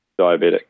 diabetic